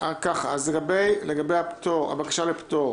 לגבי הבקשה לפטור